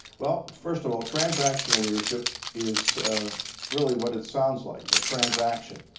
well, first of all, transactional leadership is really what it sounds like a transaction.